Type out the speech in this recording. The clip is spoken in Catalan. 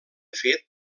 fet